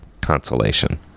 consolation